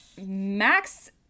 Max